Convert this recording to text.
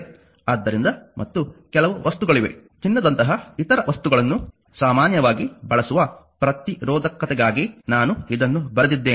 ಆದ್ದರಿಂದ ಮತ್ತು ಕೆಲವು ವಸ್ತುಗಳಿವೆ ಚಿನ್ನದಂತಹ ಇತರ ವಸ್ತುಗಳನ್ನು ಸಾಮಾನ್ಯವಾಗಿ ಬಳಸುವ ಪ್ರತಿರೋಧಕತೆಗಾಗಿ ನಾನು ಇದನ್ನು ಬರೆದಿದ್ದೇನೆ